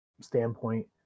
standpoint